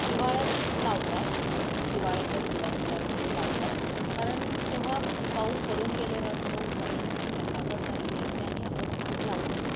हिवाळ्यात लावतात हिवाळ्याच्या सुरुवातीला वगैरे लावतात कारण तेव्हा पाऊस पडून गेलेला असतो जमिनीची मशागत झालेली असते आणि आपण ऊस लावतो